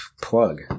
plug